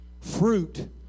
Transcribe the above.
fruit